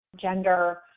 gender